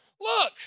Look